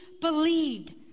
believed